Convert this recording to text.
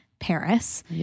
Paris